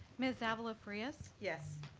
ms. ah avila farias? yes.